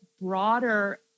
broader